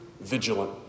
vigilant